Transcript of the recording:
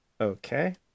Okay